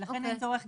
הוראות הסעיף לא